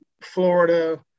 Florida